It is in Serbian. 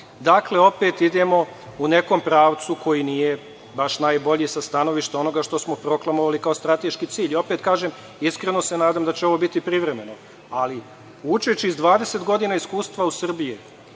Dakle, opet idemo u nekom pravcu koji nije baš najbolji sa stanovišta onoga što smo proklamovali kao strateški cilj. Opet kažem, iskreno se nadam da će ovo biti privremeno, ali učeći iz 20 godina iskustva u Srbiji,